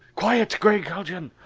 quiet, gregg haljan!